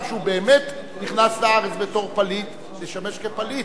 שהוא באמת נכנס לארץ בתוך פליט לשמש כפליט.